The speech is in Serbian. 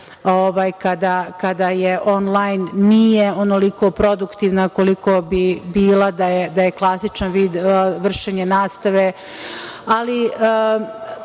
kada je onlajn, nije onoliko produktivna koliko bi bila da je klasičan vid vršenja nastave. Mi